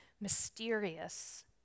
mysterious